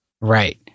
Right